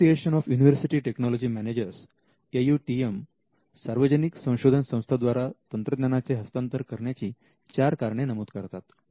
association of university technology managers AUTM सार्वजनिक संशोधन संस्था द्वारा तंत्रज्ञानाचे हस्तांतर करण्याची चार कारणे नमूद करतात